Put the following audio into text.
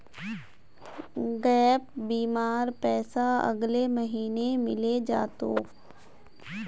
gap बीमार पैसा अगले महीने मिले जा तोक